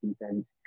defense